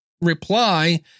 reply